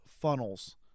funnels